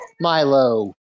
Milo